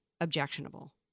objectionable